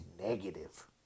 negative